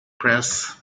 press